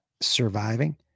surviving